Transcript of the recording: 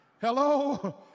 Hello